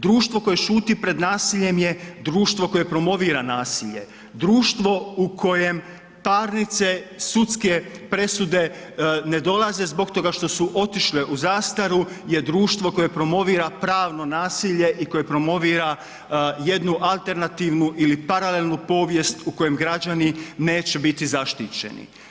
Društvo koje šuti pred nasiljem je društvo koje promovira nasilje, društvo u kojem parnice, sudske presude ne dolaze zbog toga što su otišle u zastaru je društvo koje promovira pravno nasilje i koje promovira jednu alternativnu ili paralelnu povijest u kojem građani neće biti zaštićeni.